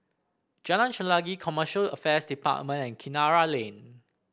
Jalan Chelagi Commercial Affairs Department and Kinara Lane